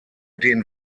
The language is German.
den